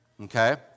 Okay